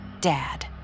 Dad